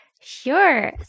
Sure